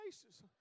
places